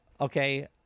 okay